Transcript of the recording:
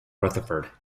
rutherford